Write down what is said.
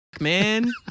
man